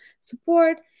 support